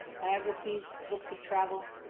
biographies, books of travel,